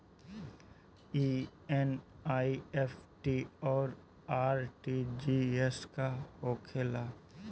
ई एन.ई.एफ.टी और आर.टी.जी.एस का होखे ला?